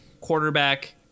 quarterback